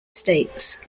states